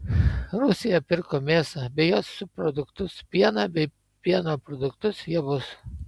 rusija pirko mėsą bei jos subproduktus pieną bei pieno produktus javus